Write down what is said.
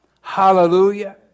Hallelujah